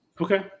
Okay